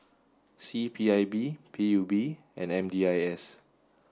C P I B P U B and M D I S